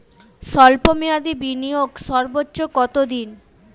স্বল্প মেয়াদি বিনিয়োগ সর্বোচ্চ কত দিন?